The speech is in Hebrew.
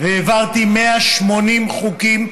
והעברתי 180 חוקים,